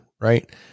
right